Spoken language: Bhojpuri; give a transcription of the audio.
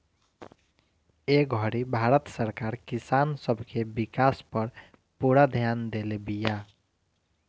ए घड़ी भारत सरकार किसान सब के विकास पर पूरा ध्यान देले बिया